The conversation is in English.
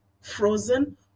frozen